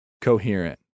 coherent